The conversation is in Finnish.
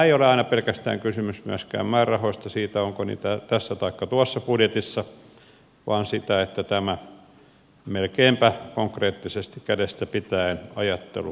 ei ole aina pelkästään kysymys myöskään määrärahoista siitä onko niitä tässä taikka tuossa budjetissa vaan siitä että tämä melkeinpä konkreettisesti kädestä pitäen ajattelu omaksutaan